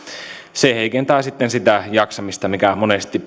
se heikentää sitten sitä jaksamista mikä monesti